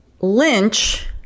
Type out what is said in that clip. Lynch